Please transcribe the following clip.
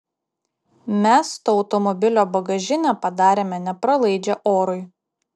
mes to automobilio bagažinę padarėme nepralaidžią orui